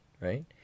right